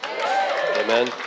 Amen